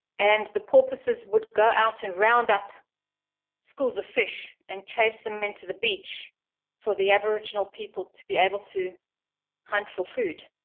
and the porpoises would go out and round up schools of fish, and chase them into the beach for the aboriginal people to be able to hunt for food.